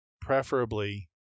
preferably